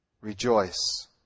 rejoice